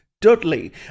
dudley